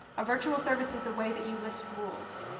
a virtual service is the way that you list rules.